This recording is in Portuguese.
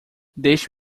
deixe